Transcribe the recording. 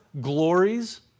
glories